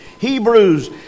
Hebrews